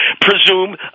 presume